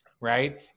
right